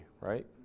right